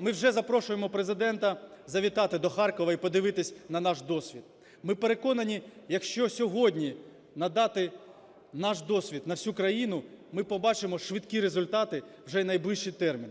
Ми вже запрошуємо Президента завітати до Харкова і подивитись на наш досвід. Ми переконані, якщо сьогодні надати наш досвід на всю країну, ми побачимо швидкі результати вже в найближчий термін.